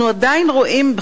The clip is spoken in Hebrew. אנחנו עדיין רואים,